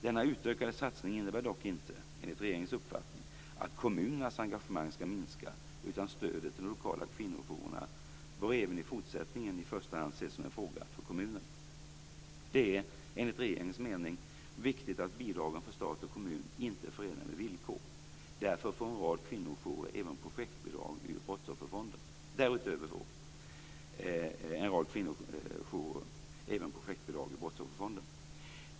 Denna utökade satsning innebär dock inte, enligt regeringens uppfattning, att kommunernas engagemang skall minska, utan stödet till de lokala kvinnojourerna bör även i fortsättningen i första hand ses som en fråga för kommunen. Det är, enligt regeringens mening, viktigt att bidragen från stat och kommun inte är förenade med villkor. Därutöver får en rad kvinnojourer även projektbidrag ur Brottsofferfonden.